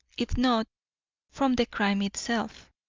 if not from the crime itself.